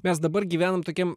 mes dabar gyvenam tokiam